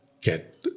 get